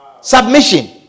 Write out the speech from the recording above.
Submission